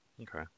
Okay